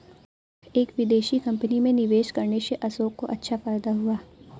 एक विदेशी कंपनी में निवेश करने से अशोक को अच्छा फायदा हुआ